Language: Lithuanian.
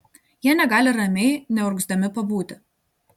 jie negali ramiai neurgzdami pabūti